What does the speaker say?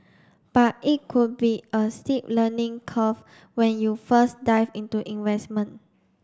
but it could be a steep learning curve when you first dive into investment